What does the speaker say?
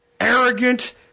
Arrogant